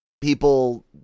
people